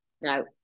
No